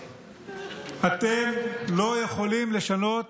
אתם לא יכולים לשנות